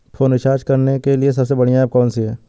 Phone recharge करने के लिए सबसे बढ़िया ऐप कौन सी है?